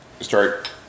start